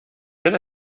wenn